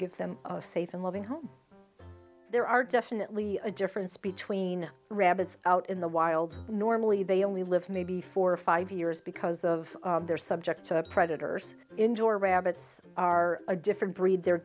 give them a safe and loving home there are definitely a difference between rabbits out in the wild normally they only live maybe four or five years because of their subject to the predators indoor rabbits are a different breed they're